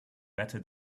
better